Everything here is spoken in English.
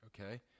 Okay